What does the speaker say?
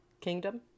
kingdom